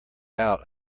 out